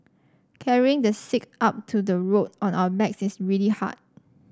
carrying the sick up to the road on our backs is really hard